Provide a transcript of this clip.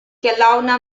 kelowna